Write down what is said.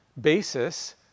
basis